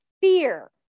fear